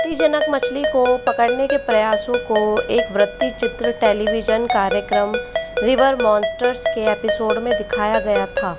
आपत्तिजनक मछली को पकड़ने के प्रयासों को एक वृत्तचित्र टेलीविजन कार्यक्रम रिवर मॉन्स्टर्स के एपिसोड में दिखाया गया था